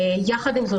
עם זאת,